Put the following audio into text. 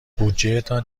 بودجهتان